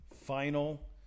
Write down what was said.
final